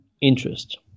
interest